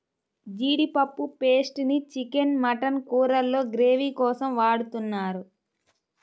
జీడిపప్పు పేస్ట్ ని chicken, mutton కూరల్లో గ్రేవీ కోసం వాడుతున్నారు